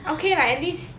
okay lah at least